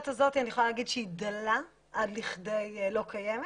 הזאת אני יכולה להגיד שהיא דלה עד לכדי לא קיימת.